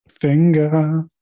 Finger